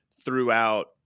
throughout